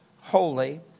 holy